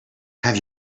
have